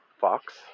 Fox